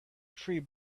tree